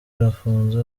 arafunze